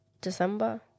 December